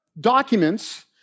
documents